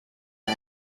que